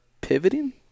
pivoting